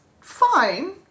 fine